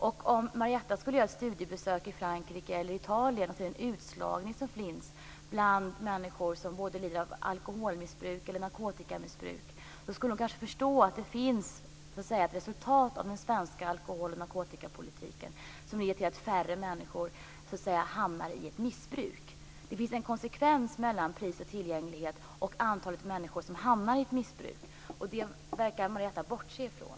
Om Marietta skulle göra ett studiebesök i Frankrike eller Italien och se den utslagning som finns bland människor som lider av alkoholmissbruk eller narkotikamissbruk skulle hon kanske förstå att den svenska alkohol och narkotikapolitiken ger resultat. Den leder till att färre människor hamnar i ett missbruk. Det finns ett samband mellan pris och tillgänglighet och antalet människor som hamnar i ett missbruk. Det verkar Marietta bortse ifrån.